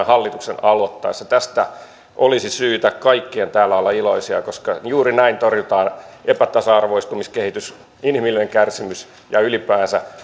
hallituksen aloittaessa tästä olisi syytä kaikkien täällä olla iloisia koska juuri näin torjutaan epätasa arvoistumiskehitys inhimillinen kärsimys ja ylipäänsä